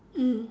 mm